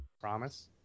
Promise